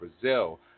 Brazil